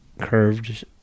curved